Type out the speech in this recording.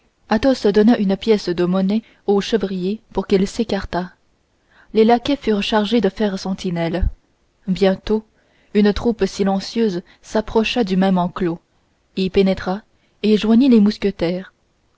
athos donna une pièce de monnaie au chevrier pour qu'il s'écartât les laquais furent chargés de faire sentinelle bientôt une troupe silencieuse s'approcha du même enclos y pénétra et joignit les mousquetaires